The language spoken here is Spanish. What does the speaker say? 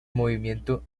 movimiento